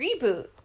reboot